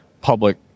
public